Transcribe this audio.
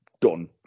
done